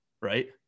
Right